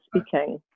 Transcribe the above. speaking